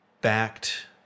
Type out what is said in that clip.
backed